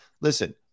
listen